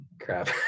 crap